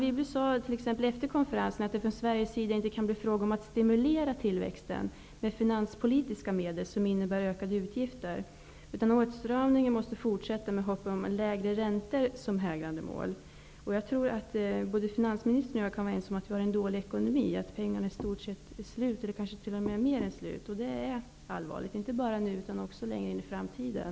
Anne Wibble sade efter konferensen att det från Sveriges sida inte kan bli fråga om att stimulera tillväxten med finanspolitiska medel som innebär ökade utgifter, utan åtstramningen måste fortsätta, med lägre räntor som hägrande mål. Jag tror att finansministern och jag kan vara ense om att vi har en dålig ekonomi, att pengarna i stort sett är slut, kanske t.o.m. mer än slut. Det är allvarligt, inte bara nu utan också längre in i framtiden.